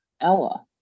Ella